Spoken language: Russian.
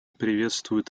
приветствует